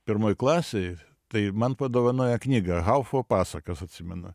pirmoj klasėj tai man padovanojo knygą haufo pasakas atsimenu